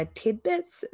tidbits